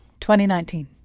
2019